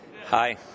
Hi